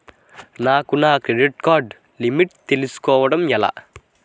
నాకు నా credit card limit తెలుసుకోవడం ఎలా?